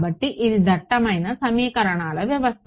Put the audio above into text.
కాబట్టి ఇది దట్టమైన సమీకరణాల వ్యవస్థ